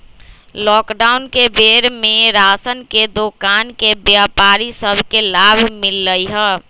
lockdown के बेर में राशन के दोकान के व्यापारि सभ के लाभ मिललइ ह